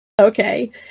Okay